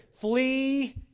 Flee